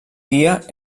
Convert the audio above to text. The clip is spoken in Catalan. dia